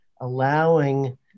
allowing